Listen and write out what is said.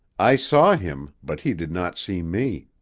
i saw him, but he did not see me.